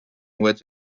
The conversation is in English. woods